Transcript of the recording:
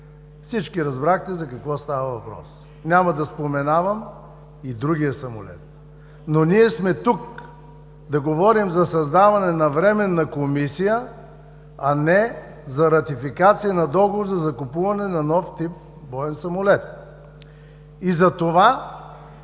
Всички разбрахте за какво става въпрос. Няма да споменавам и другия самолет. Ние обаче сме тук да говорим за създаването на временна комисия, а не за ратификация на договор за закупуване на нов тип боен самолет. Затова,